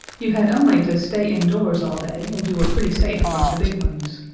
you had only to stay indoors all day, and you were pretty safe from the big ones.